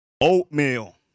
oatmeal